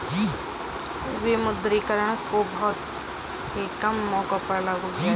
विमुद्रीकरण को बहुत ही कम मौकों पर लागू किया जाता है